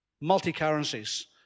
multi-currencies